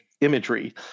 imagery